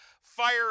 fire